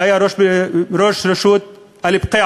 הוא היה ראש רשות אל-בֻקיעה,